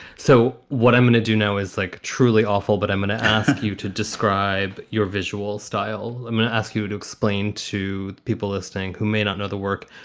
so what i'm going to do now is, like, truly awful. but i'm going to ask you to describe your visual style. i mean, i ask you to explain to people listening who may not know the work,